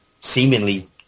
seemingly